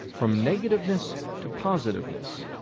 from negativeness to positiveness,